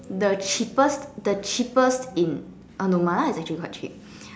the cheapest the cheapest in uh no my one is actually quite cheap